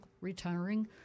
retiring